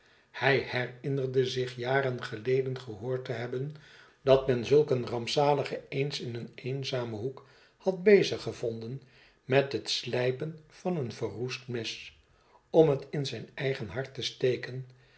hij herinnerde zich jaren geleden gehoord te hebben dat men zulk een rampzalige eens in een eenzamen hoek had bezig gevonden met het slijpen van een verroestmes om het in zijn eigen hart te steken